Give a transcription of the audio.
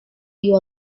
you